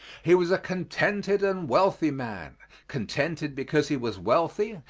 he was a contented and wealthy man contented because he was wealthy,